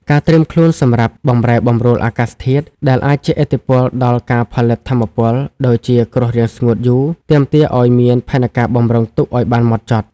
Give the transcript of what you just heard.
ការត្រៀមខ្លួនសម្រាប់ "បម្រែបម្រួលអាកាសធាតុ" ដែលអាចជះឥទ្ធិពលដល់ការផលិតថាមពល (ដូចជាគ្រោះរាំងស្ងួតយូរ) ទាមទារឱ្យមានផែនការបម្រុងទុកឱ្យបានហ្មត់ចត់។